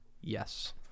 yes